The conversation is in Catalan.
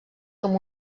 com